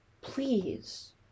Please